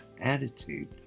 attitude